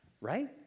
Right